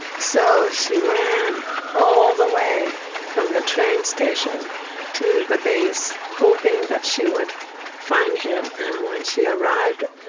so she ran all the way from the train station to the base, hoping that she would find him. and when she arrived,